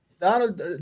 Donald